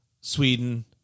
sweden